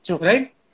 right